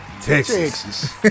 Texas